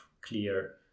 clear